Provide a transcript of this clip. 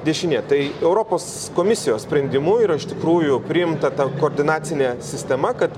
dešinė tai europos komisijos sprendimu yra iš tikrųjų priimta ta koordinacinė sistema kad